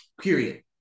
Period